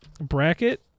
bracket